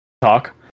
talk